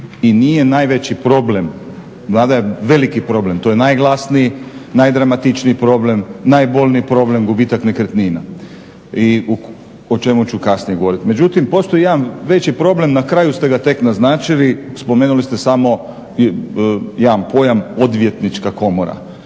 I nije najveći problem, mada je veliki problem, to je najglasniji, najdramatičniji problem, najbolniji problem gubitak nekretnina o čemu ću kasnije govoriti, međutim postoji jedan veći problem, na kraju ste ga tek naznačili. Spomenuli ste samo jedan pojam Odvjetnička komora,